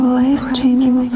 life-changing